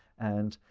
and